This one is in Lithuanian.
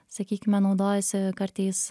sakykime naudojasi kartais